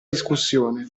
discussione